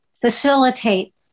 facilitate